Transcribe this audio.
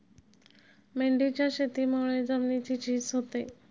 मेंढीच्या शेतीमुळे जमिनीची झीज होते